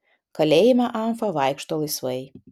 kalėjime amfa vaikšto laisvai